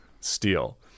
steel